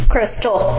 Crystal